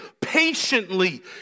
patiently